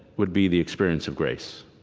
would be the experience of grace.